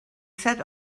sat